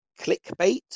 clickbait